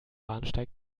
bahnsteig